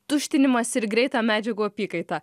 tuštinimąsi ir greitą medžiagų apykaitą